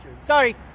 Sorry